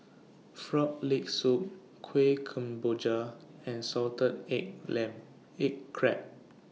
Frog Leg Soup Kuih Kemboja and Salted Egg Crab